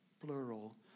plural